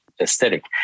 aesthetic